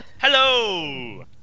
Hello